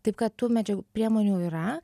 taip kad tų medžia priemonių yra